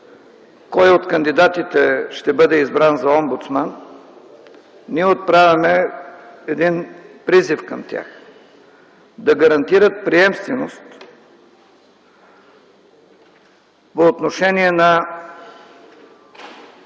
кой от кандидатите ще бъде избран за омбудсман, ние отправяме един призив към тях: да гарантират приемственост по отношение на